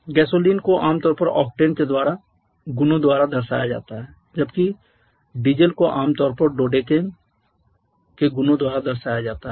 gasoline को आमतौर पर ऑक्टेन के गुणों द्वारा दर्शाया जाता है जबकि डीजल को आमतौर पर डोडेकेन के गुणों द्वारा दर्शाया जाता है